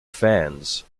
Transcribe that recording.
fans